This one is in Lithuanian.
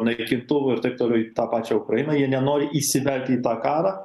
naikintuvų ir taip toliau į tą pačią ukrainą jie nenori įsivelti į tą karą